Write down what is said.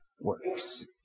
works